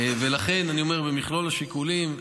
לכן במכלול השיקולים,